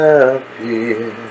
appear